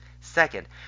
Second